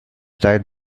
tied